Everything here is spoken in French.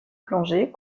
plongée